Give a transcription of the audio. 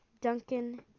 Duncan